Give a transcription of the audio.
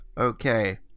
Okay